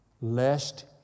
lest